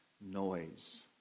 noise